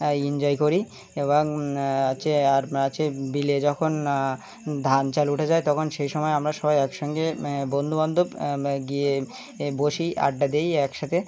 enjoy করি এবং আছে আর আছে বিলে যখন ধান চাল উঠে যায় তখন সেই সময় আমরা সবাই একসঙ্গে বন্ধু বান্ধব গিয়ে বসি আড্ডা দিই একসাথে